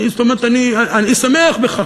זאת אומרת, אני שמח בכך.